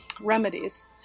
remedies